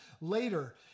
later